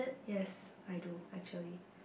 yes I do actually